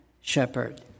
shepherd